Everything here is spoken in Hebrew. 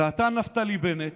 ואתה, נפתלי בנט,